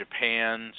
Japan